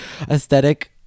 aesthetic